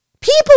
People